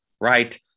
right